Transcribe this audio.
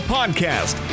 Podcast